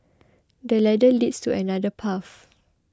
the ladder leads to another path